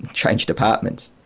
change departments.